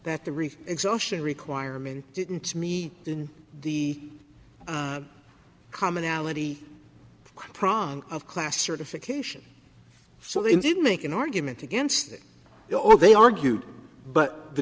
that the reef exhaustion requirement didn't me in the commonality cronk of class certification so they didn't make an argument against it or they argued but the